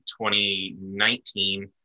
2019